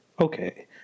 Okay